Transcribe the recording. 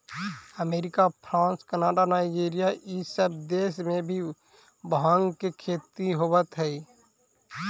America, France, Canada, Nigeria इ सब देश में भी भाँग के खेती होवऽ हई